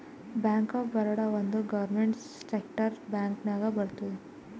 bank of Baroda ಒಂದ್ government ಸೆಕ್ಟರ್ದು bank ನಾಗ್ ಬರ್ತುದ್